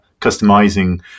customizing